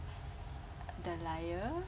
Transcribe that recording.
the liar